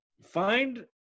find